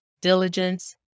diligence